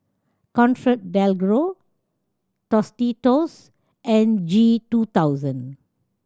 ComfortDelGro Tostitos and G two thousand